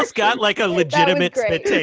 ah got like a legitimate spit take